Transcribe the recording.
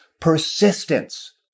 persistence